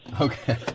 Okay